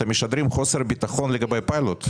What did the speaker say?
אתם משדרים חוסר ביטחון כלפי הפיילוט.